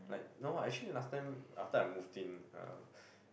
like no what actually the last time after I moved in uh